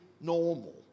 normal